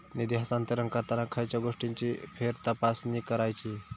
निधी हस्तांतरण करताना खयच्या गोष्टींची फेरतपासणी करायची?